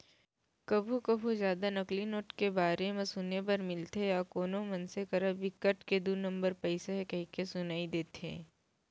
कभू कभू जादा नकली नोट के बारे म सुने बर मिलथे या कोनो मनसे करा बिकट के दू नंबर पइसा हे कहिके सुनई देथे